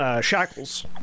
shackles